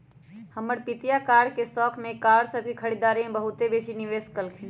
हमर पितिया कार के शौख में कार सभ के खरीदारी में बहुते बेशी निवेश कलखिंन्ह